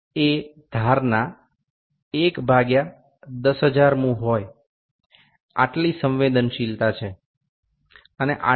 এই তলটি ১ ভাজিতক ১০০০০ সংবেদনশীলতা যুক্ত মসৃণ তল